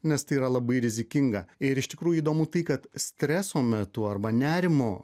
nes tai yra labai rizikinga ir iš tikrųjų įdomu tai kad streso metu arba nerimo